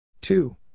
Two